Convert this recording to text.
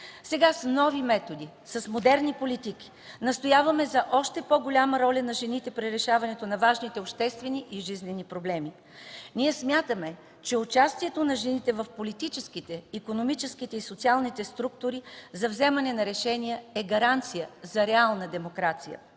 сега с нови методи, с модерни политики, настояваме за още по-голяма роля на жените при решаването на важните обществени и жизнени проблеми. Ние смятаме, че участието на жените в политическите, икономическите и социалните структури за вземане на решения е гаранция за реална демокрация.